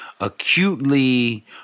acutely